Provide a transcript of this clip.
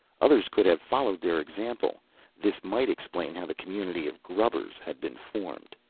others could have followed their example this might explain how the community of grubbers had been formed.